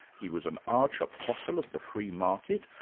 he was an arch-apostle of the free market,